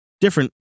different